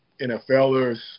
NFLers